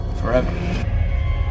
Forever